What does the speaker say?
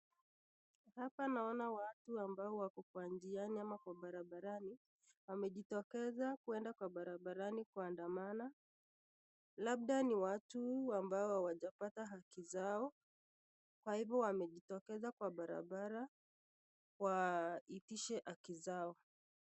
Hapa naona watu ambao wako kwa njiani ama kwa barabarani, wamejitokeza kuenda kwa barabarani kuandamana, labda ni watu ambao hawajapata haki zao kwa hivo wamejitokeza kwa barabara waitishe haki zao.